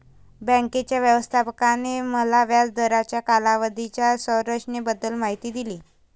बँकेच्या व्यवस्थापकाने मला व्याज दराच्या कालावधीच्या संरचनेबद्दल माहिती दिली